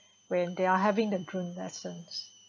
when they are having the drones lessons